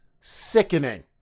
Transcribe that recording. sickening